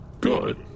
Good